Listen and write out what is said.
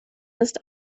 ist